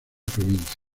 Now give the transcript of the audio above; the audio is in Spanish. provincia